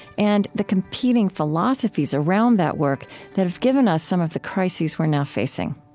and the competing philosophies around that work that have given us some of the crises we're now facing.